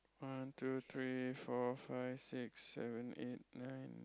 one two three four five six seven eight nine